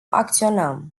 acționăm